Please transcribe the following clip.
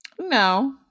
No